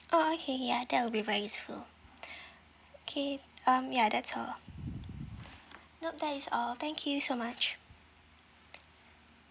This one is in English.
oh okay ya that will be very useful okay um ya that's all nope that is all thank you so much